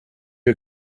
you